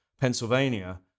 Pennsylvania